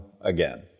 again